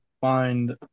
find